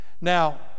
Now